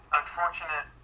unfortunate